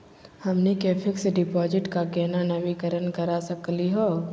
हमनी के fix deposit क केना नवीनीकरण करा सकली हो?